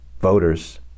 voters